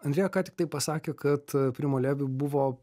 andreja ką tik tai pasakė kad primo levi buvo